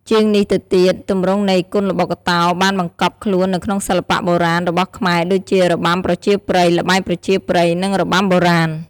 ជាងនេះទៅទៀត ទម្រង់នៃគុនល្បុក្កតោបានបង្កប់ខ្លួននៅក្នុងសិល្បៈបុរាណរបស់ខ្មែរដូចជា របាំប្រជាប្រិយ ល្បែងប្រជាប្រិយ និងរបាំបុរាណ។